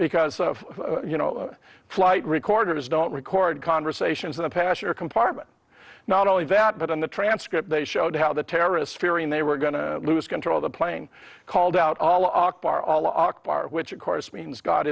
because of you know flight recorders don't record conversations in the passenger compartment not only that but in the transcript they showed how the terrorists fearing they were going to lose control of the plane called out all akbar all akbar which of course means go